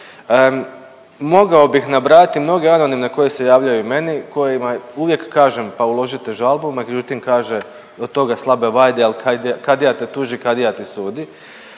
Mogao bih nabrajati mnoge anonimne koji se javljaju meni, kojima je uvijek, kažem, pa uložite žalbu, međutim, kaže, od toga slabe vajde jer kadija te tuži, kadija ti sudi,